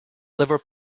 liver